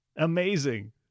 Amazing